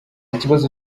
ikibazo